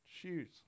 shoes